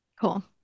Cool